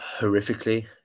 horrifically